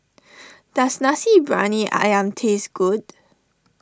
does Nasi Briyani Ayam taste good